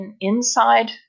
inside